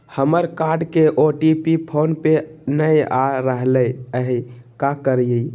हमर कार्ड के OTP phone पे नई आ रहलई हई, का करयई?